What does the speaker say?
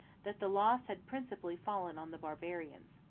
that the loss had principally fallen on the barbarians.